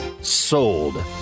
Sold